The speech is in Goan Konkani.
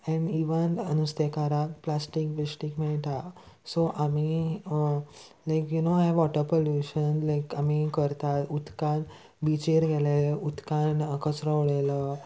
एन इवन नुस्तेकाराक प्लास्टीक बिश्टीक मेयटा सो आमी लायक यु नो हांयें वॉटर पोल्यूशन लायक आमी करता उदकान बिचेर गेले उदकान कचरो उडयलो